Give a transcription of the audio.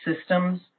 systems